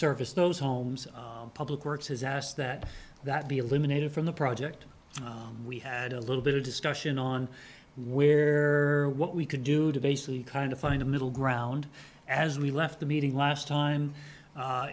service those homes public works has asked that that be eliminated from the project we had a little bit of discussion on where what we could do to basically kind of find a middle ground as we left the meeting last time